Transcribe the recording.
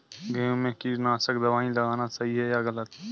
गेहूँ में कीटनाशक दबाई लगाना सही है या गलत?